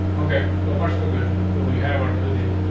okay, so far, so good. so we have our two dips,